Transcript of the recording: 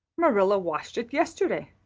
marilla washed it yesterday.